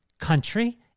country